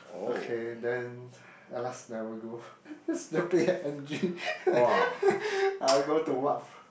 okay then at last never go uh go to what